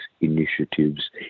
initiatives